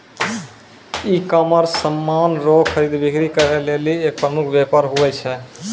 ecommerce समान रो खरीद बिक्री करै लेली एक प्रमुख वेपार हुवै छै